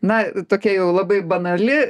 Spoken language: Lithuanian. na tokia jau labai banali